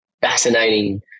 fascinating